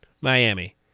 Miami